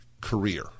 career